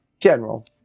General